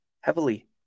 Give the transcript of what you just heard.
heavily